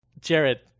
Jared